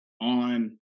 on